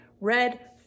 red